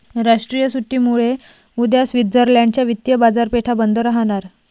राष्ट्रीय सुट्टीमुळे उद्या स्वित्झर्लंड च्या वित्तीय बाजारपेठा बंद राहणार